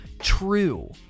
true